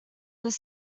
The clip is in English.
this